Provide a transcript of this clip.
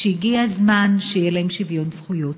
ושהגיע הזמן שיהיה להם שוויון זכויות.